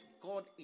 God